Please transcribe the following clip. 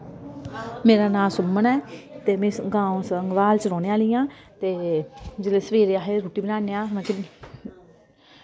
मेरा नांऽ सुमन ऐ ते में गांव संगवाल च रौह्ने आह्ली आं ते जेल्लै सवेरे अस रुट्टी बनाने आं ते